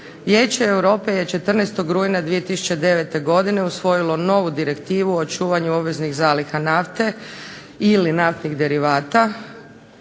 Vijeće Europe je 14. rujna 2009. godine usvojilo novu Direktivu o čuvanju obveznih zaliha nafte ili naftnih derivata,